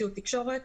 ציוד תקשורת,